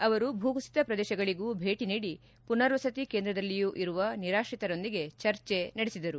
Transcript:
ಅವರು ಭೂ ಕುಸಿತ ಶ್ರದೇಶಗಳಿಗೆ ಭೇಟಿ ನೀಡಿ ಪುನರ್ವಸತಿ ಕೇಂದ್ರದಲ್ಲಿಯೂ ಇರುವ ನಿರಾತ್ರಿತರೊಂದಿಗೆ ಚರ್ಚೆ ನಡೆಸಿದರು